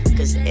Cause